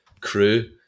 crew